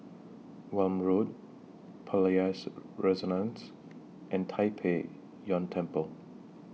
Welm Road Palais Renaissance and Tai Pei Yuen Temple